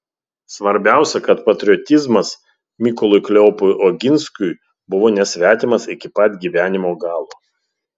svarbiausia kad patriotizmas mykolui kleopui oginskiui buvo nesvetimas iki pat gyvenimo galo